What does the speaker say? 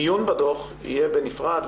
הדיון בדוח יהיה בנפרד,